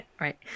Right